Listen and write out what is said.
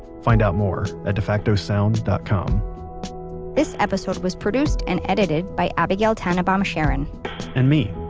find out more at defactosound dot com this episode was produced and edited by abigail tannebaum sharon and me.